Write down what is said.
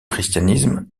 christianisme